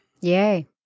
yay